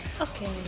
Okay